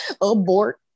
Abort